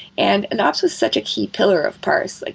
and and ops was such a key pillar of parse. like